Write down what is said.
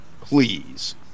please